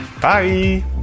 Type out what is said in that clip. bye